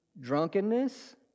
Drunkenness